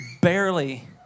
barely